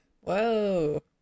whoa